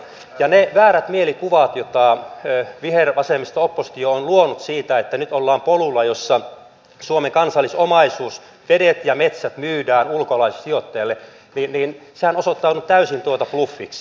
ja ne väärät mielikuvat joita vihervasemmisto oppositio on luonut siitä että nyt ollaan polulla jossa suomen kansallisomaisuus vedet ja metsät myydään ulkolaisille sijoittajille ovat osoittautuneet täysin bluffiksi